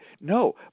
No